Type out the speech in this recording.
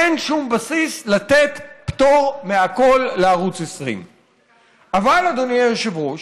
אין שום בסיס לתת פטור מהכול לערוץ 20. אבל אדוני היושב-ראש,